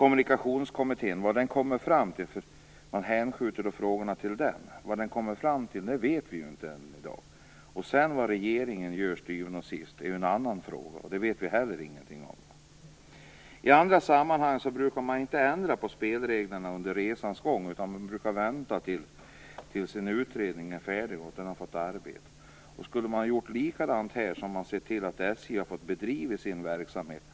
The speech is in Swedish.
Nu hänskjuter man frågorna till Kommunikationskommittén. Vad den kommer fram till vet ju inte i dag. Vad regeringen sedan gör är en annan fråga, och det vet inte heller någonting om. I andra sammanhang brukar man inte ändra på spelreglerna under resans gång. Man brukar vänta tills en utredning har arbetat färdigt. Om man hade gjort likadant här, hade SJ fått bedriva sin verksamhet tills utredningen hade varit färdig.